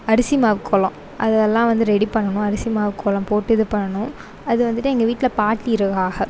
அரிசி மாவு கோலம் அதெல்லாம் வந்து ரெடி பண்ணணும் அரிசி மாவு கோலம் போட்டு இது பண்ணணும் அது வந்துட்டு எங்கள் வீட்டில் பாட்டி இருக்காங்க